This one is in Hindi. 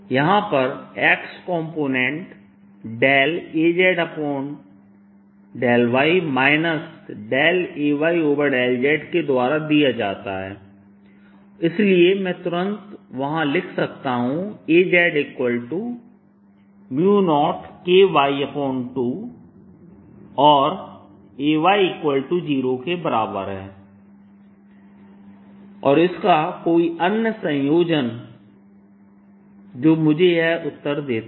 यहां पर x कॉम्पोनेंट Az∂y Ay∂z के द्वारा दिया जाता है और इसलिए मैं तुरंत वहाँ लिख सकता हूँ Az0Ky2और Ay0 के बराबर है या इसका कोई अन्य संयोजन जो मुझे यह उत्तर देता है